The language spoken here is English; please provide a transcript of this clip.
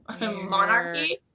monarchy